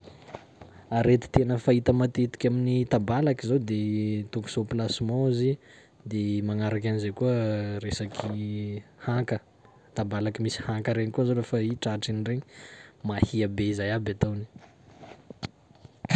Arety tena fahita matetiky amin'ny tabalaky zao de toxoplasmose, de magnaraky an'izay koa resaky hanka, tabalaky misy hanka regny koa zao lafa i tratrin'iregny mahia be zay aby ataony.